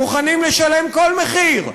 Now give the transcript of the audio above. מוכנים לשלם כל מחיר.